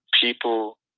people